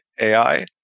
AI